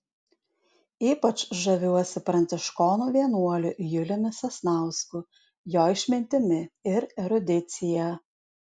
ypač žaviuosi pranciškonų vienuoliu juliumi sasnausku jo išmintimi ir erudicija